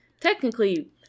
technically